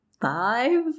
five